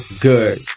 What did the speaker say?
good